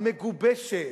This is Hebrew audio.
המגובשת,